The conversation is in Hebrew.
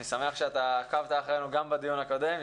אני שמח שעקבת אחרינו גם בדיון הקודם.